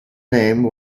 name